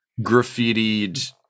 graffitied